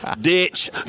ditch